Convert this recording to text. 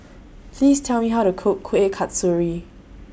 Please Tell Me How to Cook Kuih Kasturi